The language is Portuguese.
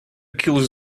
quilos